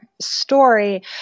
story